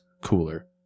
cooler